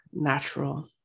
natural